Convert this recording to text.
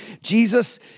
Jesus